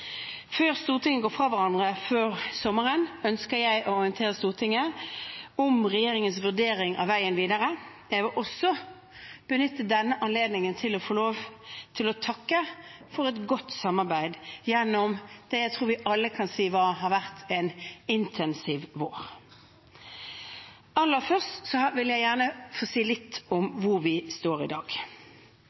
Før Stortinget går fra hverandre for sommeren, ønsker jeg å orientere Stortinget om regjeringens vurdering av veien videre. Jeg vil også benytte denne anledningen til få å takke for et godt samarbeid gjennom det jeg tror vi alle kan si har vært en intensiv vår. Aller først vil jeg gjerne få si litt om hvor vi står i dag.